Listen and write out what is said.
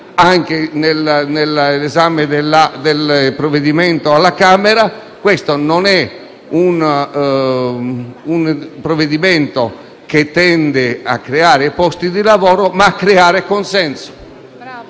corso dell'esame del provvedimento alla Camera: questo non è un provvedimento che tende a creare posti di lavoro, ma a creare consenso.